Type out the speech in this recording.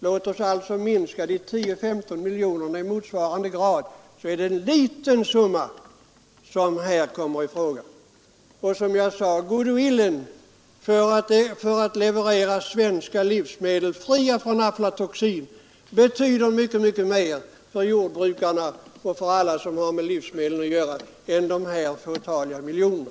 Låt oss alltså minska dessa 10 å 15 miljoner i motsvarande grad Det blir då fråga om en mycket liten summa. Att de svenska livsmedlen är fria från aflatoxin medför en goodwill som betyder mycket mer för jordbrukarna och alla andra, som har med livsmedel att göra, än dessa få miljoner.